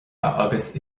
agus